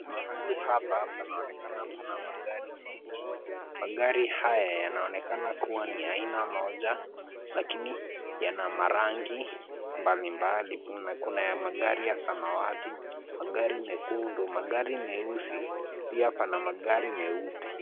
Mahali hapa panaonekana pana magari mengi. Magari haya yanaonekana kuwa ni aina moja lakini yana marangi mbalimbali mle. Kuna magari ya samawati, magari mekundu, magari meusi pia pana magari meupe.